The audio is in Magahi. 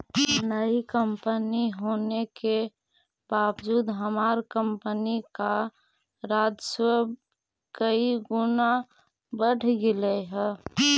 नई कंपनी होने के बावजूद हमार कंपनी का राजस्व कई गुना बढ़ गेलई हे